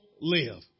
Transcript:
live